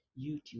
YouTube